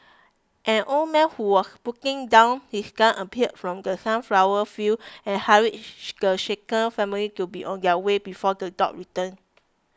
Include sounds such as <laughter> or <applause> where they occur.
an old man who was putting down his gun appeared from the sunflower fields and hurried <noise> the shaken family to be on their way before the dogs return